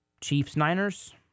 Chiefs-Niners